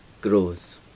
grows